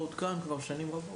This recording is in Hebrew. כבר שנים רבות.